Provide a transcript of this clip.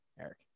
Eric